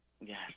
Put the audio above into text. Yes